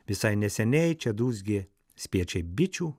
visai neseniai čia dūzgė spiečiai bičių